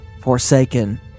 forsaken